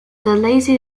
laser